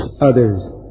others